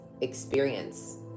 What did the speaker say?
experience